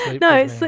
no